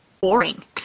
boring